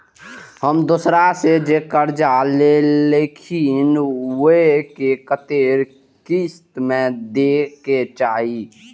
हम दोसरा से जे कर्जा लेलखिन वे के कतेक किस्त में दे के चाही?